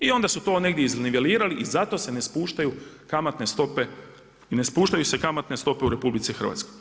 I onda su to negdje iznivelirali i zato se ne spuštaju kamatne stope i ne spuštaju se kamatne stope u RH.